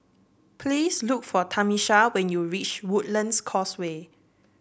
please look for Tamisha when you reach Woodlands Causeway